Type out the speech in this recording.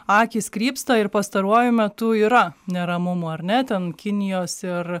akys krypsta ir pastaruoju metu yra neramumų ar ne ten kinijos ir